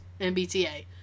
MBTA